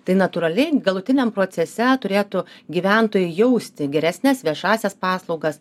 tai natūraliai galutiniam procese turėtų gyventojai jausti geresnes viešąsias paslaugas